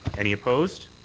any opposed?